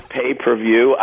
pay-per-view